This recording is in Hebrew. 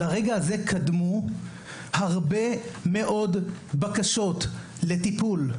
לרגע הזה קדמו הרבה מאוד בקשות לטיפול.